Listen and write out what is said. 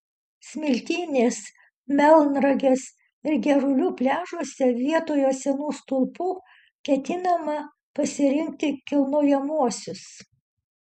smiltynės melnragės ir girulių pliažuose vietoje senų stulpų ketinama pasirinkti kilnojamuosius